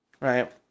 Right